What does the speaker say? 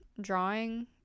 Drawing